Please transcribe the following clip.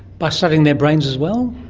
by studying their brains as well?